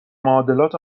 معادلات